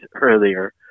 earlier